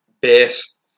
base